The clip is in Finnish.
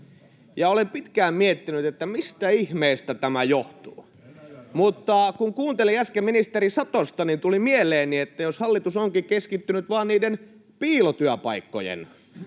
Olen pitkään miettinyt, mistä ihmeestä tämä johtuu. Mutta kun kuuntelin äsken ministeri Satosta, niin tuli mieleeni, että jos hallitus onkin keskittynyt vain niiden piilotyöpaikkojen